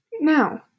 Now